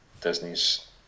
Disney's